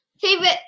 favorite